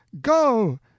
go